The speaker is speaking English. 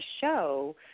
show